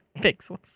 pixels